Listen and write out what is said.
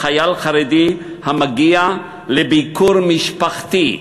לחייל חרדי המגיע לביקור משפחתי.